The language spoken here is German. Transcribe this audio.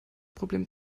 problem